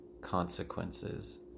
consequences